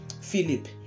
philip